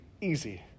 easy